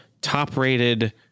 top-rated